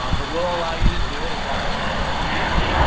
um but we'll allow you to do it as long as it's risk reducing.